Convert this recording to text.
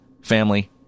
family